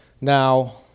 Now